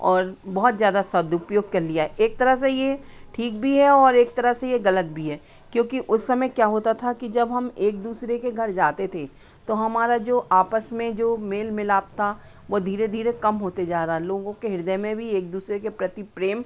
और बहुत ज़्यादा सदुपयोग कर लिया है एक तरह से यह ठीक भी है और एक तरह से यह ग़लत भी है क्योंकि उस समय क्या होता था कि जब हम एक दूसरे के घर जाते थे तो हमारा जो आपस में जो मेल मिलाप था वह धीरे धीरे कम होते जा रहा है लोगों के हृदय में भी एक दूसरे के प्रति प्रेम